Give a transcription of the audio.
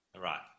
Right